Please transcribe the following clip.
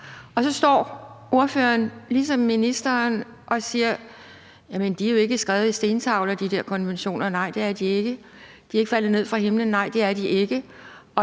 så står ordføreren ligesom ministeren og siger, at de der konventioner jo ikke er skrevet på stentavler. Nej, det er de ikke. De er ikke faldet ned fra himlen. Nej, det er de ikke.